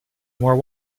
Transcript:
more